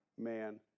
Man